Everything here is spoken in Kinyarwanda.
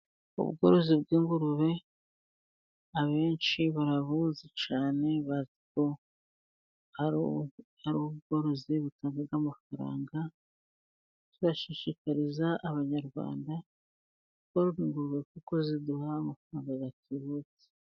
Ubworozi bw'ingurube abenshi barabuzi cyane, kuber ko ari ubworozi butanga amafaranga, turashishikariza abanyarwanda korora ingurube kuko ziduha amafaranga atubutse.